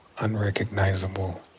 unrecognizable